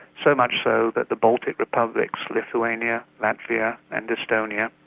so much so that the baltic republics, lithuania, latvia and estonia,